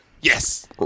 Yes